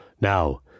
Now